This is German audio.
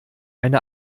eine